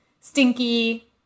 Stinky